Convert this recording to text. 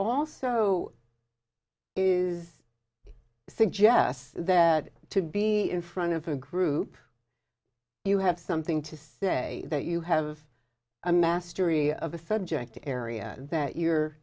also is suggests that to be in front of a group you have something to say that you have a mastery of a subject area that you're